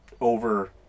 over